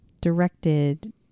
directed